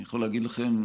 אני יכול להגיד לכם,